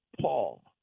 Paul